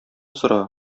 сора